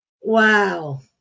Wow